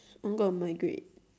I'm got my grade